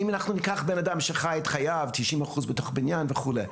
אם ניקח אדם שחי את חייו 90% בתוך בניין וכדומה.